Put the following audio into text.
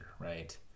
right